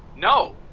no!